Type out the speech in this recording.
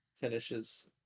finishes